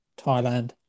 Thailand